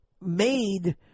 made